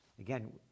Again